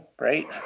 right